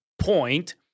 point